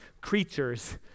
creatures